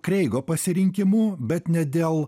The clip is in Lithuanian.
kreigo pasirinkimu bet ne dėl